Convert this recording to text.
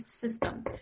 system